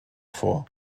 vor